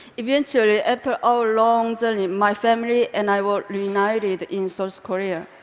eventually, after our long journey, my family and i were reunited in so south korea.